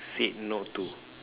said no to